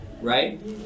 right